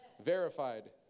verified